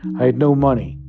i had no money,